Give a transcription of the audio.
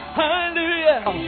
hallelujah